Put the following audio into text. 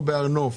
בהר נוף,